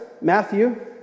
Matthew